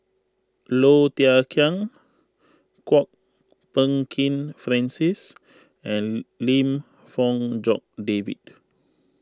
Low Thia Khiang Kwok Peng Kin Francis and Lim Fong Jock David